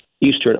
eastern